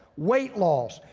weight loss,